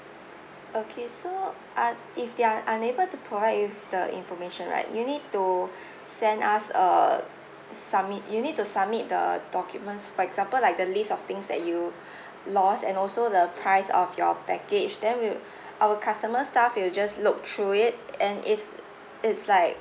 okay so uh if they are unable to provide you with the information right you need to send us a submit you need to submit the documents for example like the list of things that you lost and also the price of your baggage then we'll our customer staff will just look through it and if it's like